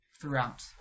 throughout